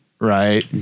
Right